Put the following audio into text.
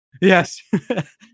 yes